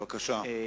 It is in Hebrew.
בבקשה.